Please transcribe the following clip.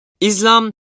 Islam